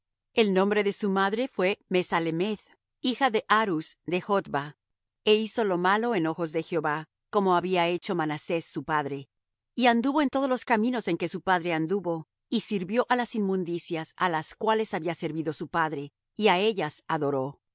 el nombre de su madre fué mesalemeth hija de harus de jotba e hizo lo malo en ojos de jehová como había hecho manasés su padre y anduvo en todos los caminos en que su padre anduvo y sirvió á las inmundicias á las cuales había servido su padre y á ellas adoró